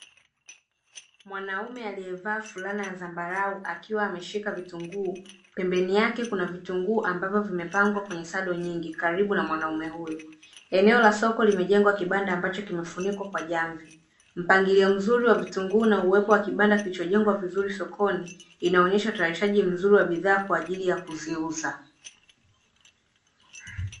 Mwanaume aliyevaa fulana ya zambarau akiwa ameshika vitunguu, pembeni yake kuna vitunguu ambavyo vimepangwa kwenye sado nyingi karibu na mwanaume huyo. Eneo la soko limejengwa kibanda ambacho kimefunikwa kwa jamvi. Mpangilio mzuri wa vitunguu na uwepo wa kibanda kilichojengwa vizuri sokoni, inaonyesha utayarishaji mzuri wa bidhaa kwa ajili ya kuziuza.